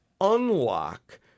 unlock